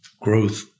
growth